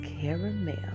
Caramel